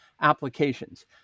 applications